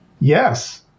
Yes